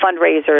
fundraisers